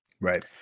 Right